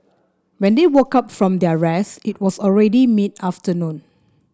when they woke up from their rest it was already mid afternoon